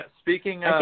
speaking